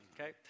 Okay